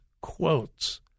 quotes